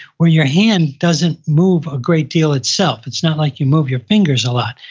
where your hand doesn't move a great deal itself. it's not like you move your fingers a lot.